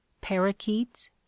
parakeets